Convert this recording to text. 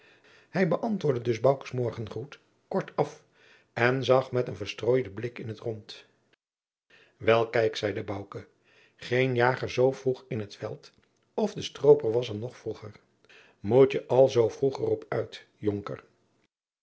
hij bëantwoordde dus boukes morgengroet kort af en zag met een verstrooiden blik in t rond wel kijk zeide bouke geen jager zoo vroeg in t veld of de strooper was er nog vroeger moet je al zoo vroeg er op uit jonker